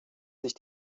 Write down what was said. sich